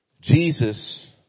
Jesus